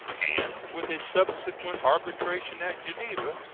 and, with a subsequent arbitration at geneva,